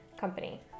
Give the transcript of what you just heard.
company